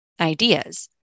ideas